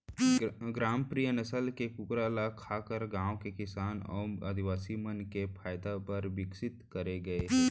ग्रामप्रिया नसल के कूकरा ल खासकर गांव के किसान अउ आदिवासी मन के फायदा बर विकसित करे गए हे